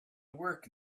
work